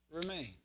remain